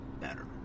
better